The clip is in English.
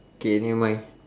K never mind